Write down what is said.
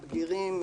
בגירים,